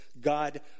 God